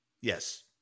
Yes